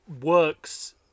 works